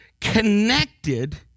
connected